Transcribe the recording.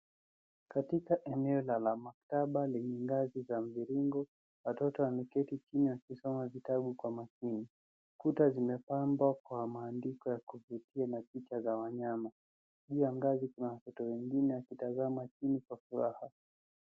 Katika eneo ya maktaba lenye ngazi la mviringo, watoto wameketi kimya wakisoma vitabu kwa makini. Kuta zimepambwa kwa maandiko ya kuvutia na picha za wanyama. Pia kuna watoto wengine wakitazama chini kwa furaha.